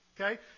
okay